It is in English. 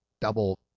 double